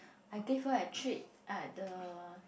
I gave her a treat at the